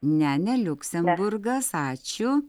ne ne liuksemburgas ačiū